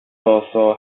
also